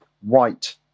white